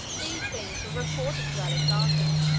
these things were reported to alexander,